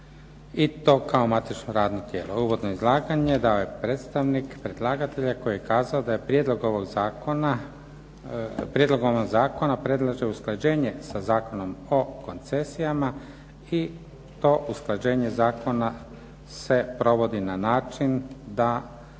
i to kao matično radno tijelo. Uvodno izlaganje dao je predstavnik predlagatelja koji je kazao da se prijedlogom ovog zakona predlaže usklađenje sa zakonom o koncesijama i to usklađenje zakona se provodi na način da